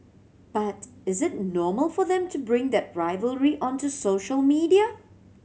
but is it normal for them to bring that rivalry onto social media